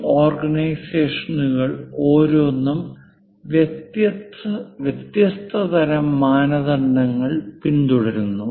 ഈ ഓർഗനൈസേഷനുകൾ ഓരോന്നും വ്യത്യസ്ത തരം മാനദണ്ഡങ്ങൾ പിന്തുടരുന്നു